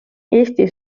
eesti